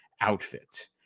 outfit